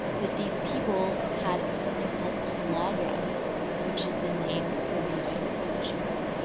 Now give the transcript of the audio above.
that these people had something called pellagra which is the name for b vitamin deficiency.